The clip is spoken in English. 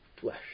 flesh